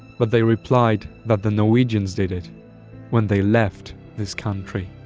but they replied that the norwegians did it when they left this country.